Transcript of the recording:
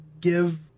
give